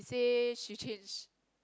he say she change